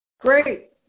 Great